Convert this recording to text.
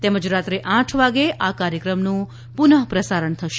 તેમજ રાત્રે આઠ વાગ્યે આ કાર્યક્રમનું પુનપ્રસારણ થશે